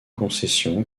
concession